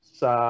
sa